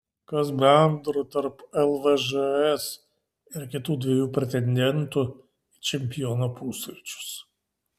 kas bendro tarp lvžs ir kitų dviejų pretendentų į čempionų pusryčius